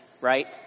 right